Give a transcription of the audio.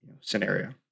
scenario